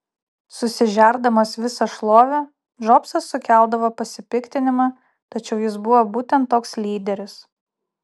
susižerdamas visą šlovę džobsas sukeldavo pasipiktinimą tačiau jis buvo būtent toks lyderis